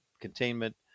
containment